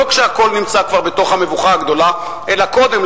כשהכול נמצא כבר בתוך המבוכה הגדולה אלא קודם,